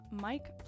Mike